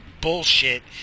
bullshit